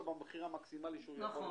במחיר המקסימאלי שהוא יכול למכור.